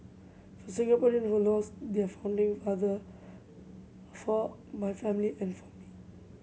for Singaporean who lost their founding father for my family and for me